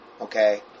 okay